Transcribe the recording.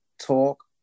talk